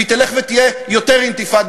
והיא תלך ותהיה יותר אינתיפאדה,